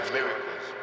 miracles